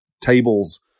tables